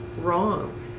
wrong